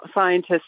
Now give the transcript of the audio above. scientists